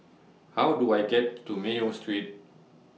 How Do I get to Mayo Street